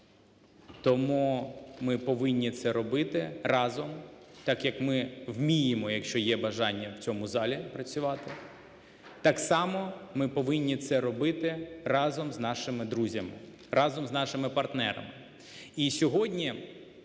тому ми повинні це робити разом, так як ми вміємо, якщо є бажання, в цьому залі працювати, так само ми повинні це робити разом з нашими друзями, разом з нашими партнерами.